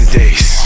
days